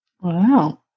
Wow